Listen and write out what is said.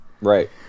Right